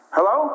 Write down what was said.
Hello